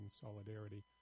solidarity